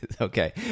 Okay